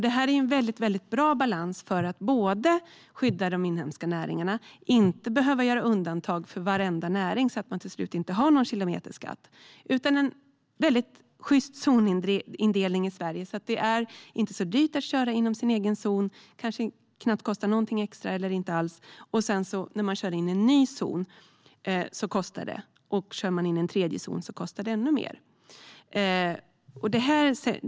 Det här är en väldigt bra balans för att skydda de inhemska näringarna och inte behöva göra undantag för varenda näring, så att man till slut inte har någon kilometerskatt. Med en sjyst zonindelning i Sverige blir det inte så dyrt att köra inom sin egen zon. Det kostar då kanske knappt någonting extra eller inget alls. När man sedan kör in i en ny zon kostar det, och kör man in i en tredje zon kostar det ännu mer.